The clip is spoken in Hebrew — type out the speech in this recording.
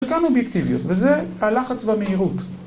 ‫וכאן אובייקטיביות, ‫וזה הלחץ במהירות.